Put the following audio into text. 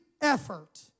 effort